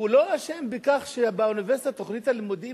הוא לא אשם בכך שתוכנית הלימודים